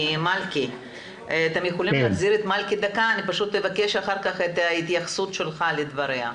אבקש אחר כך את ההתייחסות שלך לדבריה.